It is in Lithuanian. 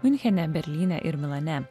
miunchene berlyne ir milane